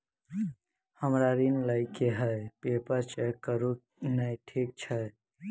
हमरा ऋण लई केँ हय पेपर चेक करू नै ठीक छई?